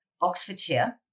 Oxfordshire